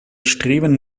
streben